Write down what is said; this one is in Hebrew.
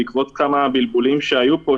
בעקבות כמה בלבולים שהיו פה,